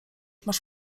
masz